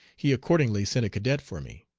he accordingly sent a cadet for me.